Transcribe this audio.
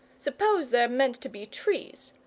s'pose they're meant to be trees.